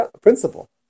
principle